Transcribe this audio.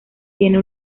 tiene